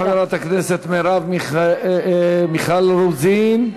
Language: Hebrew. תודה לחברת הכנסת מיכל רוזין.